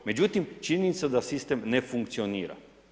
Međutim, činjenica da sistem ne funkcionira.